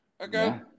Okay